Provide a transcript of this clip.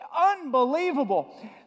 unbelievable